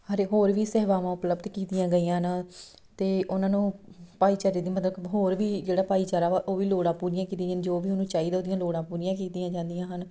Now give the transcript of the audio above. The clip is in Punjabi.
ਹਰੇ ਹੋਰ ਵੀ ਸੇਵਾਵਾਂ ਉਪਲੱਬਧ ਕੀਤੀਆਂ ਗਈਆਂ ਨ ਅਤੇ ਉਹਨਾਂ ਨੂੰ ਭਾਈਚਾਰੇ ਦੀ ਮਦਦ ਹੋਰ ਵੀ ਜਿਹੜਾ ਭਾਈਚਾਰਾ ਵਾ ਉਹ ਵੀ ਲੋੜਾਂ ਪੂਰੀਆਂ ਕੀਤੀਆਂ ਜਾਂਦੀਆਂ ਜੋ ਵੀ ਉਹਨੂੰ ਚਾਹੀਦਾ ਉਹਦੀਆਂ ਲੋੜਾਂ ਪੂਰੀਆਂ ਕੀਤੀਆਂ ਜਾਂਦੀਆਂ ਹਨ